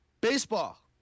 baseball